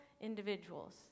individuals